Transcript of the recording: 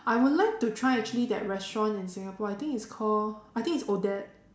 I would like to try actually that restaurant in Singapore I think it's call I think it's Odette